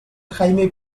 jaime